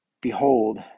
Behold